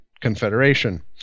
Confederation